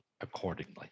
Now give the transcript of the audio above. accordingly